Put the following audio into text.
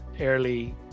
early